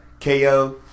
KO